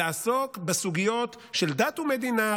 לעסוק בסוגיות של דת ומדינה,